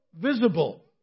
visible